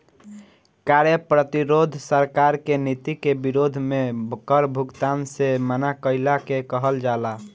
कार्य प्रतिरोध सरकार के नीति के विरोध में कर भुगतान से मना कईला के कहल जाला